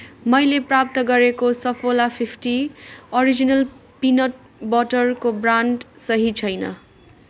मैले प्राप्त गरेको सफोला फिफ्टी अरिजिनल पिनट बटरको ब्रान्ड सही छैन